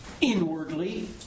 inwardly